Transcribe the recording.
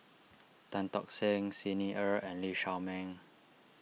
Tan Tock Seng Xi Ni Er and Lee Shao Meng